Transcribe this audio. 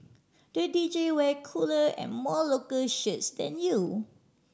the D J wear cooler and more local shirts than you